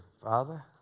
father